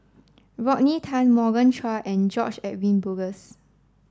Rodney Tan Morgan Chua and George Edwin Bogaars